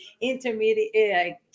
intermediate